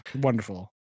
wonderful